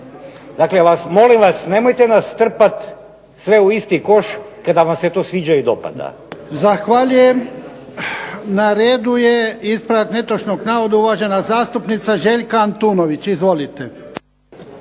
Dakle molim vas nemojte nas trpati sve u isti koš kada vam se to sviđa i dopada. **Jarnjak, Ivan (HDZ)** Zahvaljujem. Na redu je ispravak netočnog navoda, uvažena zastupnica Željka Antunović. Izvolite.